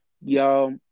Y'all